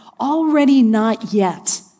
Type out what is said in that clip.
already-not-yet